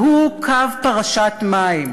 והוא קו פרשת מים,